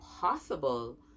possible